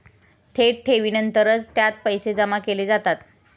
थेट ठेवीनंतरच त्यात पैसे जमा केले जातात